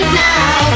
now